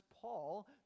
paul